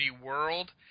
world